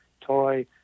toy